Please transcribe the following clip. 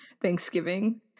Thanksgiving